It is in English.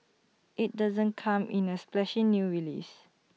IT doesn't come in A splashy new release